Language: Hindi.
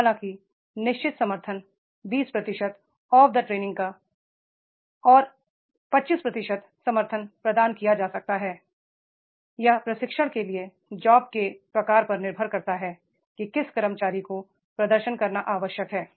हालांकि निश्चित समर्थन 20 प्रतिशत off the job training का 25 प्रतिशत समर्थन प्रदान किया जा सकता है यह प्रशिक्षणके प्रकार जॉब के प्रकार पर निर्भर करता है कि किस कर्मचारी को प्रदर्शन करना आवश्यक है